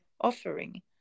offering